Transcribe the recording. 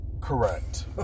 Correct